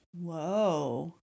Whoa